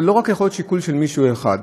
זה לא יכול להיות שיקול רק של מישהו אחד.